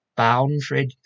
Boundary